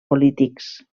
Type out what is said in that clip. polítics